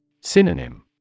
Synonym